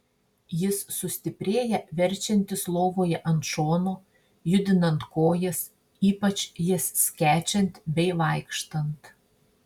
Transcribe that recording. jis sustiprėja verčiantis lovoje ant šono judinant kojas ypač jas skečiant bei vaikštant